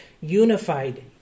unified